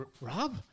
Rob